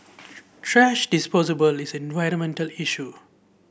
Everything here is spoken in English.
thrash is an environmental issue